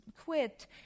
quit